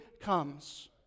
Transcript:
comes